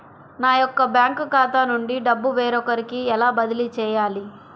నా యొక్క బ్యాంకు ఖాతా నుండి డబ్బు వేరొకరికి ఎలా బదిలీ చేయాలి?